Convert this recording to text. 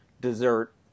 dessert